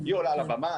היא עולה על הבמה,